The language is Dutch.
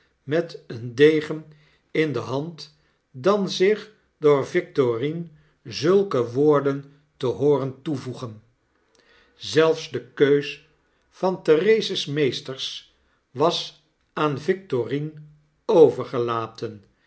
met een degen in de hand dan zich door victorine zulke woorden te hooren toevoegen zelfs de keus van therese's meesters was aan victorine overgelaten